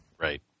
Right